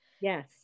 Yes